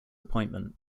appointment